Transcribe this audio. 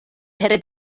pere